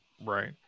right